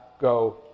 go